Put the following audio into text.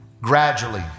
gradually